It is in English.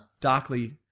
Darkly